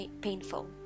painful